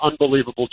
unbelievable